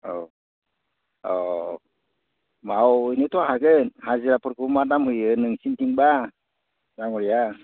औ औ मावहैनोथ' हागोन हाजिराफोरखौ मा दाम होयो नोंसिनिथिंब्ला दाङ'रिया